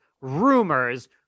rumors